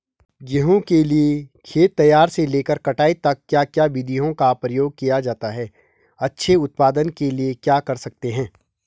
गेहूँ के लिए खेत तैयार से लेकर कटाई तक क्या क्या विधियों का प्रयोग किया जाता है अच्छे उत्पादन के लिए क्या कर सकते हैं?